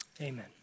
Amen